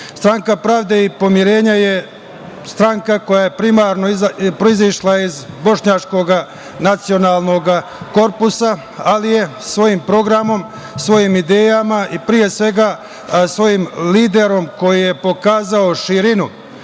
pravde i pomirenja je stranka koja je primarno proizašla iz bošnjačkog nacionalnog korpusa, ali je svojim programom, svojim idejama i, pre svega, svojim liderom koji je pokazao širinu